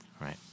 Right